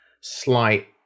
slight